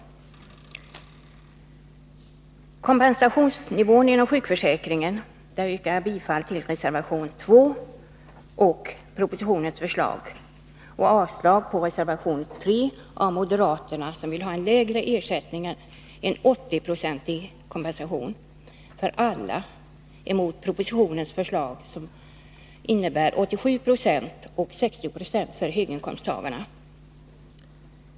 Beträffande kompensationsnivån inom sjukförsäkringen yrkar jag bifall till reservation 2, innebärande bifall till propositionens förslag, och avslag på reservation 3, avgiven av de moderata ledamöterna, som vill ha en lägre ersättning. De föreslår en 80-procentig kompensation för alla, jämfört med propositionens förslag om högst 87 20 och om 60 96 för höginkomsttagarna.